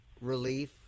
relief